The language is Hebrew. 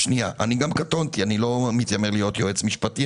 אני קטונתי, אני לא מתיימר להיות יועץ משפטי.